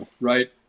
right